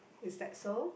is that so